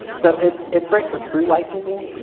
so it's it's great for true licensing,